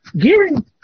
gearing